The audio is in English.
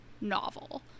novel